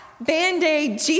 Band-Aid